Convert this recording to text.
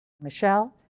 Michelle